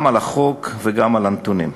גם על החוק וגם על הנתונים.